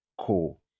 cool